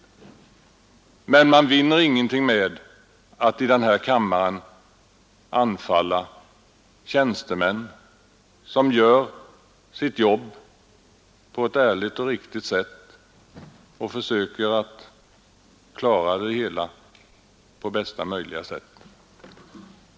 Men man vinner ingenting med att i den här kammaren anfalla tjänstemän som gör ett svårt jobb och försöker klara det på bästa möjliga sätt.